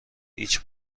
هیچ